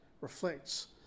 reflects